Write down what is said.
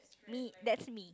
me that's me